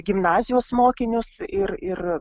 gimnazijos mokinius ir ir